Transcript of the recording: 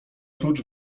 klucz